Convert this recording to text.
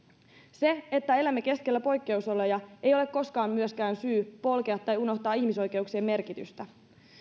se että elämme keskellä poikkeusoloja ei ole koskaan myöskään syy polkea tai unohtaa ihmisoikeuksien merkitystä